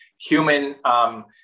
human